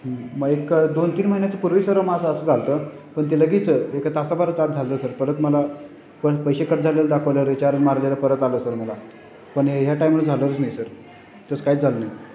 मग एक दोन तीन महिन्याच्या पूर्वी सर माझं असं झालं होतं पण ते लगेच एका तासाभरात चार्ज झालं सर परत मला पण पैसे कट झालेलं दाखवलं रिचार्ज मारलेलं परत आलं सर मला पण ह्या टाईमवर झालंच नाही सर तसंच कायच झालं नाही